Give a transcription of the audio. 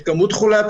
את כמות חולי לחץ הדם,